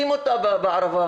שים אותה בערבה,